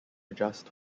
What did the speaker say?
adjust